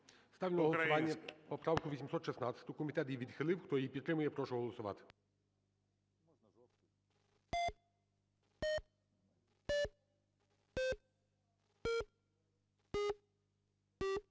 ставлю на голосування поправку 817. Комітет її відхилив, хто її підтримує прошу голосувати.